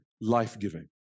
life-giving